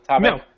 No